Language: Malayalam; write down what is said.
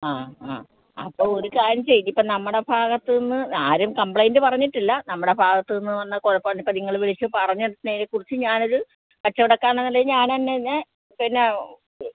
ആ ആ അപ്പം ഒരു കാര്യം ചെയ്യ് ഇതിപ്പോൾ നമ്മുടെ ഭാഗത്തൂന്ന് ആരും കമ്പ്ലൈൻറ്റ് പറഞ്ഞിട്ടില്ല നമ്മുടെ ഭാഗത്തൂന്ന് വന്ന കുഴപ്പവാണ് ഇപ്പം നിങ്ങൾ വിളിച്ച് പറഞ്ഞതിനെക്കുറിച്ച് ഞാനിത് കച്ചോടക്കാരനെന്ന നിലയിൽ ഞാനന്നെ പിന്നെ പിന്നെ